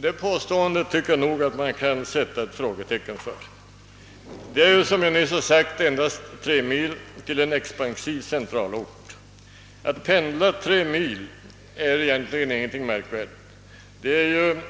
Detta påstående kan man sätta ett frågetecken för. Det är — som jag nyss har nämnt — endast tre mil till en expansiv centralort. Att pendla tre mil är egentligen ingenting märkvärdigt. Vägen är